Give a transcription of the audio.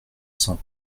cent